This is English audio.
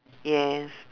yes